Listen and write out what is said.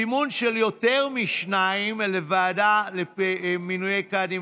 סימון של יותר משניים לוועדה למינוי קאדים